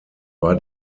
war